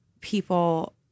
people –